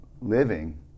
living